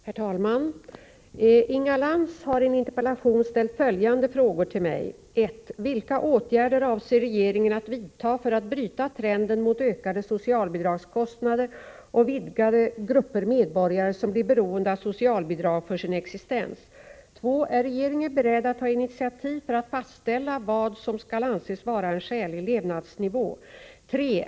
Herr talman! Inga Lantz har i en interpellation ställt följande frågor till mig. 2. Är regeringen beredd att ta initiativ för att fastställa vad som skall anses vara en skälig levnadsnivå? 3.